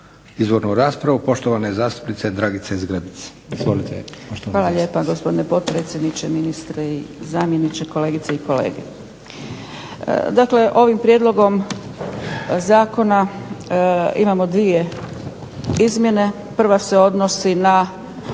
izvornu raspravu poštovane zastupnice Dragice Zgrebec. Izvolite. **Zgrebec, Dragica (SDP)** hvala lijepa gospodine potpredsjedniče, ministre i zamjeniče, kolegice i kolege. Dakle, ovim Prijedlogom zakona imamo dvije izmjene, prva se odnosi na